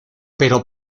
pero